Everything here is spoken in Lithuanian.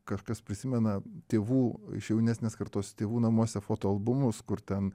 kažkas prisimena tėvų iš jaunesnės kartos tėvų namuose fotoalbumus kur ten